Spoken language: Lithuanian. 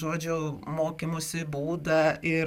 žodžiu mokymosi būdą ir